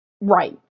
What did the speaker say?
Right